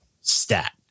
stat